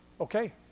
okay